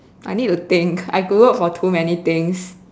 I need to think I Googled for too many things